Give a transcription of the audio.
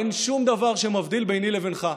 אין שום דבר שמבדיל ביני לבינך.